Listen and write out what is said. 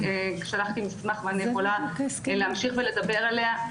שלחתי לכם מסמך ואני יכולה להמשיך ולדבר עליהם.